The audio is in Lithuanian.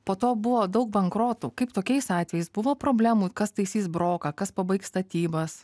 po to buvo daug bankrotų kaip tokiais atvejais buvo problemų kas taisys broką kas pabaigs statybas